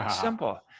Simple